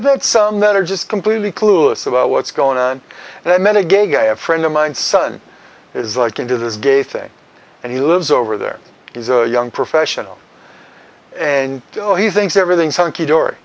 that some that are just completely clueless about what's going on and i met a gay guy a friend of mine's son is like into this gay thing and he lives over there is a young professional and he thinks everything is hunky do